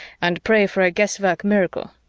and pray for a guesswork miracle.